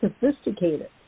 sophisticated